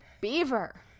Beaver